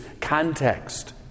context